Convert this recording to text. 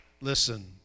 listen